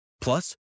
Plus